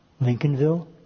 Lincolnville